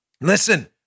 Listen